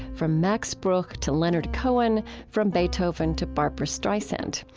from max bruch to leonard cohen, from beethoven to barbra streisand.